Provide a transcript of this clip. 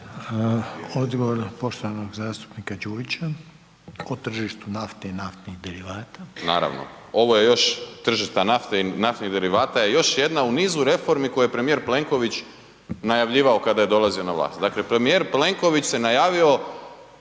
Odgovor poštovanog zastupnika Đujića. O tržištu nafte i naftnih derivata. **Đujić, Saša (SDP)** Naravno. Ovo je još tržište nafte i naftnih derivata je još jedna u nizu reformi koje premijer Plenković najavljivao kada je dolazio na vlast. Dakle, premijer Plenković se najavio